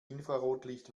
infrarotlicht